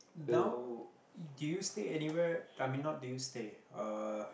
now do you stay anywhere I mean not do you stay uh